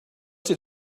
did